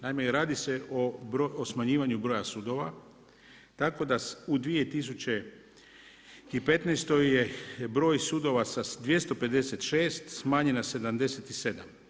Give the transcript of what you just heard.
Naime radi se o smanjivanju broja sudova tako da u 2015. je broj sudova sa 256 smanjena 77.